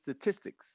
Statistics